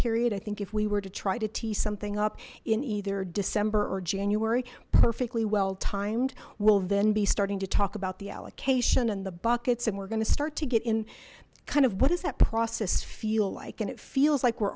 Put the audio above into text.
period i think if we were to try to tee something up in either december or january perfectly well timed will then be starting to talk about the allocation and the buckets and we're going to start to get in kind of what does that process feel like and it feels like we're